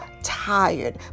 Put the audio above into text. tired